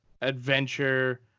adventure